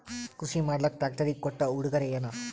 ಕೃಷಿ ಮಾಡಲಾಕ ಟ್ರಾಕ್ಟರಿ ಕೊಟ್ಟ ಉಡುಗೊರೆಯೇನ?